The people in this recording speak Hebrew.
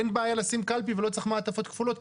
אין בעיה לשים קלפי ולא צריך מעטפות כפולות,